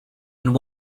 and